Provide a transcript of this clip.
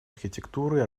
архитектуры